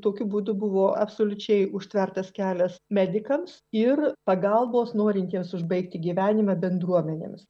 tokiu būdu buvo absoliučiai užtvertas kelias medikams ir pagalbos norintiems užbaigti gyvenimą bendruomenėms